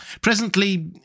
Presently